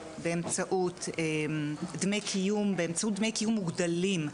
באמצעות דמי קיום מוגדלים,